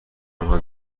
انها